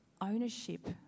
ownership